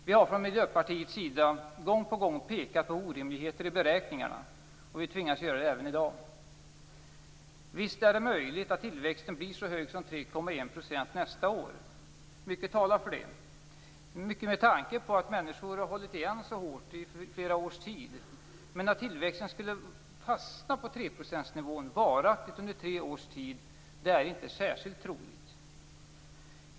Vi i Miljöpartiet har gång på gång pekat på orimligheter i beräkningarna och vi tvingas göra det även i dag. Visst är det möjligt att tillväxten blir så hög som 3,1 % nästa år. Mycket talar för det, särskilt med tanke på att människor har hållit igen så hårt under flera års tid. Men att tillväxten varaktigt skulle fastna på treprocentsnivån under tre års tid är inte särskilt troligt.